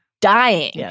dying